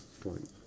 point